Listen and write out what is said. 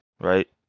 right